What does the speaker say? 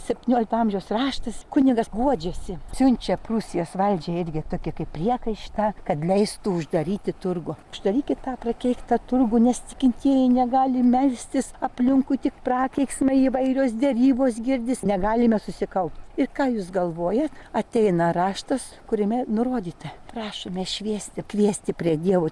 septyniolikto amžiaus raštas kunigas guodžiasi siunčia prūsijos valdžiai irgi tokį kaip priekaištą kad leistų uždaryti turgų uždarykit tą prakeiktą turgų nes tikintieji negali melstis aplinkui tik prakeiksmai įvairios derybos girdis negalime susikaupt ir ką jūs galvojat ateina raštas kuriame nurodyta prašome šviesti kviesti prie dievo